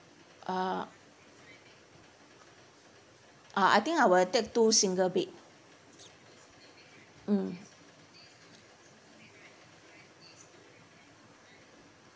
uh ah I think I will take two single bed mm